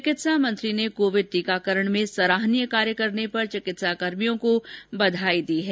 चिकित्सा मंत्री ने कोविड टीकाकरण में सराहनीय कार्य करने पर चिकित्साकर्मियों को बधाई दी है